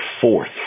fourth